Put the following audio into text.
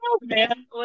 man